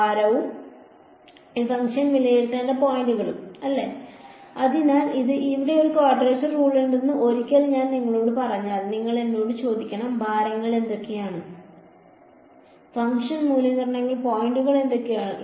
ഭാരങ്ങളും ഈ ഫംഗ്ഷൻ വിലയിരുത്തേണ്ട പോയിന്റുകളും ശരിയാണ് അതിനാൽ ഇവിടെ ഒരു ക്വാഡ്രേച്ചർ റൂൾ ഉണ്ടെന്ന് ഒരിക്കൽ ഞാൻ നിങ്ങളോട് പറഞ്ഞാൽ നിങ്ങൾ എന്നോട് ചോദിക്കണം ഭാരങ്ങൾ എന്തൊക്കെയാണ് ഫംഗ്ഷൻ മൂല്യനിർണ്ണയ പോയിന്റുകൾ എന്തൊക്കെയാണ്